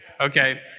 Okay